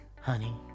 honey